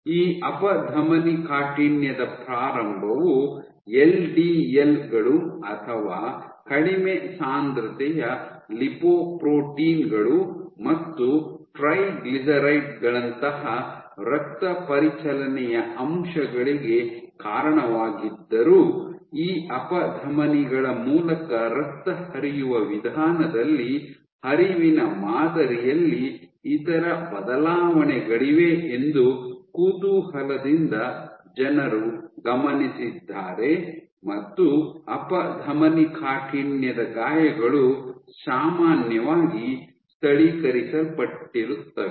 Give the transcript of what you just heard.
ಈ ಅಪಧಮನಿಕಾಠಿಣ್ಯದ ಪ್ರಾರಂಭವು ಎಲ್ಡಿಎಲ್ ಗಳು ಅಥವಾ ಕಡಿಮೆ ಸಾಂದ್ರತೆಯ ಲಿಪೊಪ್ರೋಟೀನ್ ಗಳು ಮತ್ತು ಟ್ರೈಗ್ಲಿಸರೈಡ್ ಗಳಂತಹ ರಕ್ತಪರಿಚಲನೆಯ ಅಂಶಗಳಿಗೆ ಕಾರಣವಾಗಿದ್ದರೂ ಈ ಅಪಧಮನಿಗಳ ಮೂಲಕ ರಕ್ತ ಹರಿಯುವ ವಿಧಾನದಲ್ಲಿ ಹರಿವಿನ ಮಾದರಿಯಲ್ಲಿ ಇತರ ಬದಲಾವಣೆಗಳಿವೆ ಎಂದು ಕುತೂಹಲದಿಂದ ಜನರು ಗಮನಿಸಿದ್ದಾರೆ ಮತ್ತು ಅಪಧಮನಿಕಾಠಿಣ್ಯದ ಗಾಯಗಳು ಸಾಮಾನ್ಯವಾಗಿ ಸ್ಥಳೀಕರಿಸಲ್ಪಟ್ಟಿರುತ್ತವೆ